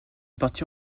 partie